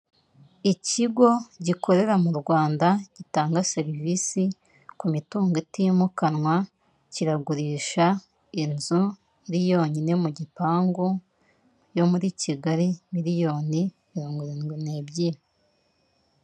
Ikigo gikorera mu Rwanda gitanga serivisi ku mitungo itimukanwa, kiragurisha inzu iri yonyine mu gipangu yo muri Kigali miliyoni mirongo irindwi n'ebyiri.